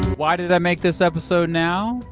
why did i make this episode now?